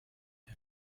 der